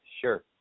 Sure